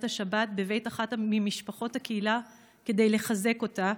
השבת בבית אחת ממשפחות הקהילה כדי לחזק אותה,